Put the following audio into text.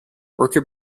worker